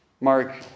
Mark